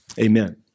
Amen